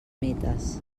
mites